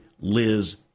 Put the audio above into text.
Liz